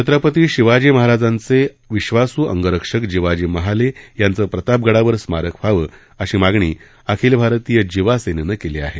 छत्रपती शिवाजी महाराज यांचे विश्वास अंगरक्षक जिवाजी महाले यांचं प्रतापगडावर स्मारक व्हावं अशी मागणी अखिल भारतीय जिवा सेनेनं केली आहे